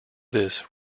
this